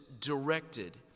directed